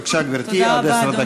בבקשה, גברתי, עד עשר דקות.